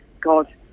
God